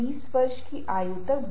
पारस्परिक संघर्ष यह भी बहुत सरल है